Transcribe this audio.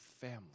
family